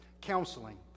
counseling